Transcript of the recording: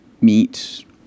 meet